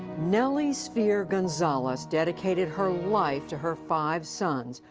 nelly sfeir gonzalez dedicated her life to her five sons,